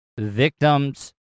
victims